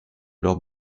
leurs